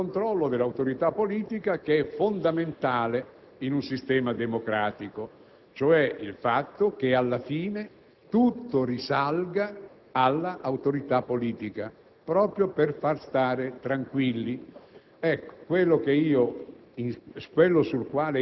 al controllo di un altro funzionario, ma al controllo dell'autorità politica, fondamentale in un sistema democratico. L'elemento su cui insisto è che, alla fine, tutto risalirebbe all'autorità politica, proprio per far stare tranquilli.